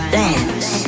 dance